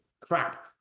crap